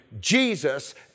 Jesus